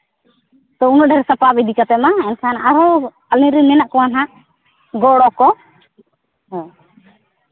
ᱩᱱᱟᱹᱜ ᱰᱷᱮᱨ ᱥᱟᱯᱟᱵ ᱤᱫᱤ ᱠᱟᱛᱮ ᱢᱟ ᱮᱱᱠᱷᱟᱱ ᱟᱨᱦᱚᱸ ᱟᱞᱮ ᱨᱮᱱ ᱢᱮᱱᱟᱜ ᱠᱚᱣᱟ ᱦᱟᱸᱜ ᱜᱚᱲᱚ ᱠᱚ ᱦᱮᱸ